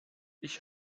ich